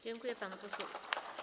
Dziękuję panu posłowi.